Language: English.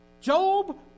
Job